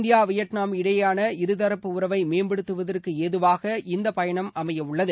India Vietnam இடையேயான இருதரப்பு உறவை மேம்படுத்துவதற்கு ஏதுவாக இந்த பயணம் அமையவுள்ளது